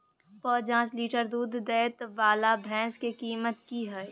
प जॉंच लीटर दूध दैय वाला भैंस के कीमत की हय?